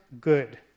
good